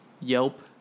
Yelp